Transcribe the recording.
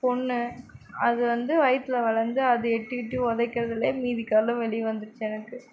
பொண்ணு அது வந்து வயிற்றுல வளர்ந்து அது எட்டி எட்டி உதைக்கிறதுலேயே மீதி கல்லும் வெளியே வந்துடுச்சி எனக்கு